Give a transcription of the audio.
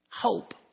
Hope